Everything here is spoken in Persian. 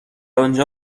آنجا